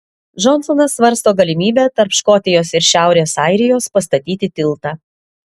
džonsonas svarsto galimybę tarp škotijos ir šiaurės airijos pastatyti tiltą